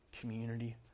community